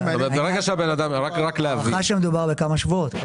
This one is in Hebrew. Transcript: בהערכה שמדובר בכמה שבועות.